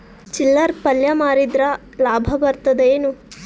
ಚಿಲ್ಲರ್ ಪಲ್ಯ ಮಾರಿದ್ರ ಲಾಭ ಬರತದ ಏನು?